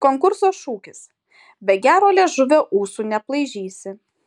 konkurso šūkis be gero liežuvio ūsų neaplaižysi